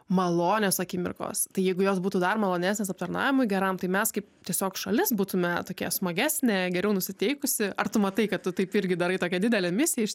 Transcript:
malonios akimirkos tai jeigu jos būtų dar malonesnės aptarnavimui geram tai mes kaip tiesiog šalis būtume tokia smagesnė geriau nusiteikusi ar tu matai kad tu taip irgi darai tokią didelę misiją iš